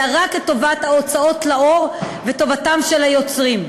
אלא רק את טובת ההוצאות לאור וטובת היוצרים.